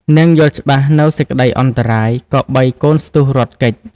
នាងយល់ច្បាស់នូវសេចក្ដីអន្តរាយ ក៏បីកូនស្ទុះរត់គេច ។